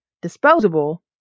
disposable